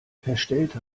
verstellte